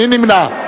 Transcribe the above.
מי נמנע?